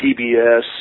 PBS